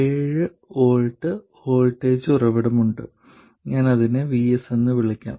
7 V voltage ഉറവിടമുണ്ട് ഞാൻ അതിനെ VS എന്ന് വിളിക്കാം